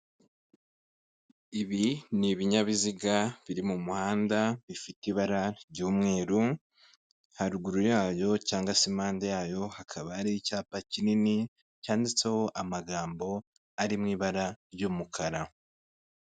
Ibi ni ibinyabiziga biri mu muhanda bifite ibara ry'umweru haruguru yayo cyangwa se impande yayo hakaba hari icyapa kinini cyanditseho amagambo ari mu ibara ry'umukara .